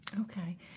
Okay